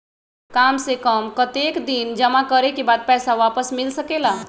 काम से कम कतेक दिन जमा करें के बाद पैसा वापस मिल सकेला?